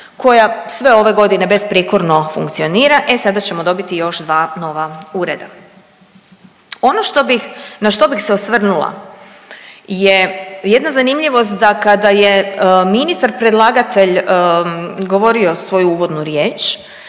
koja sve ove godine besprijekorno funkcionira, e sada ćemo dobiti još dva nova ureda. Ono što bih, na što bih se osvrnula je jedna zanimljivost da kada je ministar predlagatelj govorio svoju riječ